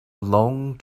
long